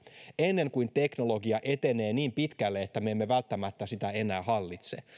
ennen kuin teknologia etenee niin pitkälle että me emme välttämättä sitä enää hallitse